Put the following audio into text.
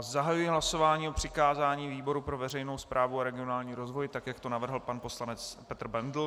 Zahajuji hlasování o přikázání výboru pro veřejnou správu a regionální rozvoj, tak jak to navrhl pan poslanec Petr Bendl.